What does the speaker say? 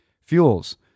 fuels